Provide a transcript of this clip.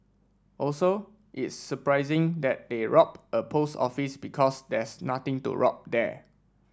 also it's surprising that they rob a post office because there's nothing to rob there